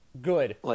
good